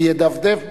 וידפדף בו,